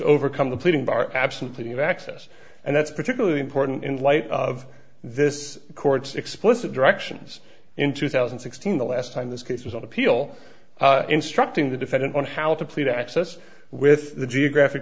overcome the pleading bar absolutely of access and that's particularly important in light of this court's explicit directions in two thousand and sixteen the last time this case was on appeal instructing the defendant on how to plea to access with the geographic